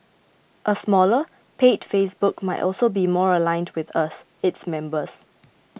a smaller paid Facebook might also be more aligned with us its members